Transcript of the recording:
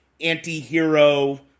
anti-hero